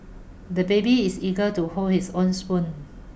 the baby is eager to hold his own spoon